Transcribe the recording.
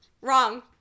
Wrong